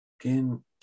again